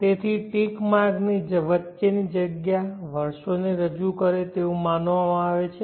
તેથી tick mark ની વચ્ચેની જગ્યા વર્ષોને રજૂ કરે તેવું માનવામાં આવે છે